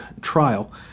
trial